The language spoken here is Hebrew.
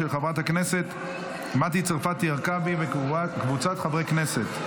של חברת הכנסת מטי צרפתי הרכבי וקבוצת חברי הכנסת.